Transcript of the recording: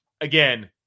again